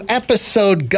episode